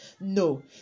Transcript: No